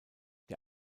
der